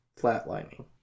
flatlining